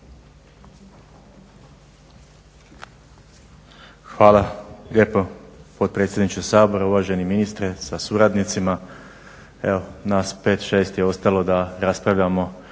Hvala lijepo potpredsjedniče Sabora, uvaženi ministre sa suradnicima. Evo nas pet, šest je ostalo da raspravljamo